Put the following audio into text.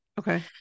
Okay